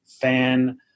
fan